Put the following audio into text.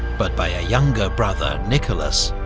but by a younger brother, nicholas,